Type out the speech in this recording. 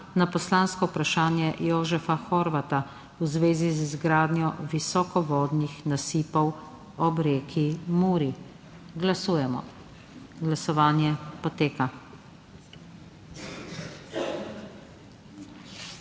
na poslansko vprašanje Jožefa Horvata v zvezi z izgradnjo visokovodnih nasipov ob reki Muri. Glasujemo. Navzočih